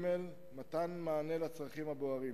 נושא שלישי, מתן מענה לצרכים הבוערים.